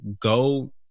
go